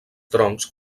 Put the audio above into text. troncs